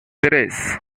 tres